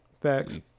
Facts